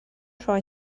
try